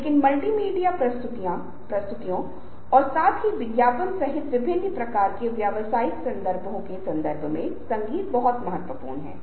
इसलिए जिस क्षण यह बात खत्म होगी हम यह देखने की कोशिश करेंगे कि हम इस विशेष संदर्भ में कहां हैं